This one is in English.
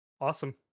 Awesome